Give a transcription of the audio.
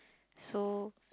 so